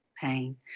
pain